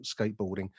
skateboarding